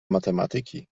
matematyki